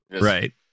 Right